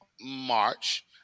March